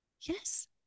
Yes